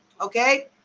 okay